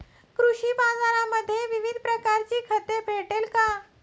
कृषी बाजारांमध्ये विविध प्रकारची खते भेटेल का?